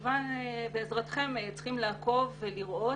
בעזרתכם אנחנו צריכים לעקוב ולראות.